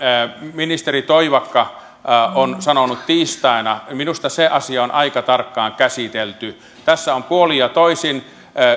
ministeri toivakka on sanonut tiistaina minusta on aika tarkkaan käsitelty tässä on puolin ja toisin